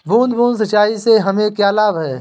बूंद बूंद सिंचाई से हमें क्या लाभ है?